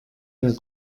der